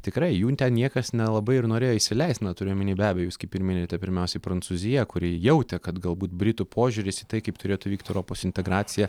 tikrai jų ten niekas nelabai ir norėjo įsileist na turiu omeny be abejo jūs kaip ir minėjote pirmiausiai prancūzija kuri jautė kad galbūt britų požiūris į tai kaip turėtų vykt europos integracija